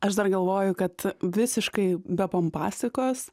aš dar galvoju kad visiškai be pompastikos